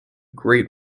great